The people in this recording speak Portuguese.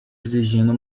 exigindo